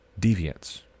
deviance